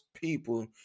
people